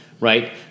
Right